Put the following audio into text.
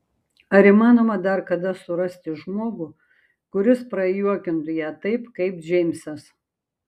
ar įmanoma dar kada surasti žmogų kuris prajuokintų ją taip kaip džeimsas